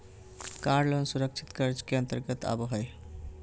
कार loan सुरक्षित कर्ज के अंतर्गत आबो हय